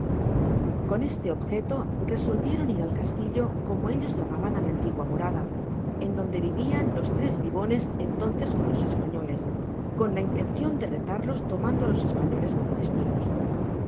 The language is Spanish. con este objeto resolvieron ir al castillo co mo ellos llamaban á mi antigua morada en donde vivían los tres bribones entonces con los españoles con la intención de retarlos tomando á los españoles por testigos